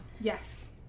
yes